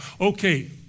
Okay